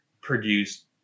produced